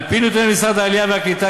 על-פי נתוני משרד העלייה והקליטה,